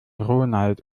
ronald